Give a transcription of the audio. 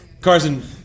Carson